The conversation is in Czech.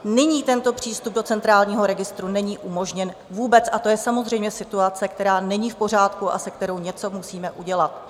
Nyní tento přístup do Centrálního registru není umožněn vůbec, a to je samozřejmě situace, která není v pořádku a se kterou něco musíme udělat.